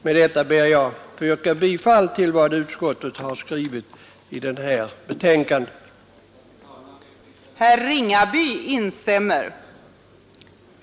Med detta ber jag att få yrka bifall till utskottets hemställan i betänkande nr 17.